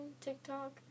TikTok